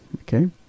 Okay